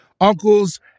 uncles